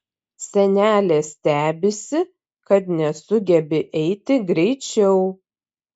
senelė stebisi kad nesugebi eiti greičiau